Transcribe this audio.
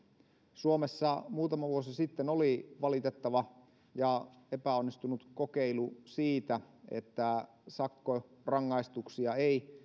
suomessa muutama vuosi sitten oli valitettava ja epäonnistunut kokeilu siitä että sakkorangaistuksia ei